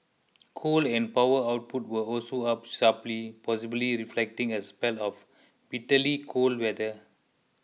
coal and power output were also up sharply possibly reflecting a spell of bitterly cold weather